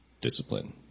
discipline